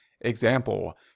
Example